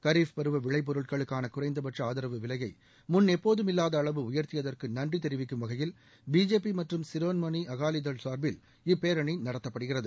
கரீஃப் பருவ விளைப்பொருட்களுக்கான குறைந்தபட்ச ஆதரவு விலையை முன் எப்போதும் இல்லாத அளவு உயர்த்தியதற்கு நன்றி தெரிவிக்கும் வகையில் பிஜேபி மற்றும் சிரோன்மணி அகாவிதள் சார்பில் இப்பேரணி நடத்தப்படுகிறது